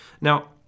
Now